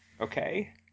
okay